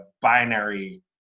binary